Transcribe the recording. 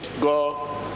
go